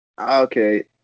Okay